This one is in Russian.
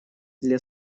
для